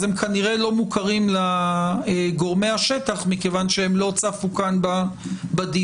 אז הם כנראה לא מוכרים לגורמי השטח מכיוון שהם לא צפו כאן בדיון.